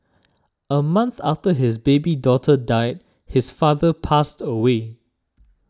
a month after his baby daughter died his father passed away